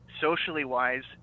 socially-wise